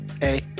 Hey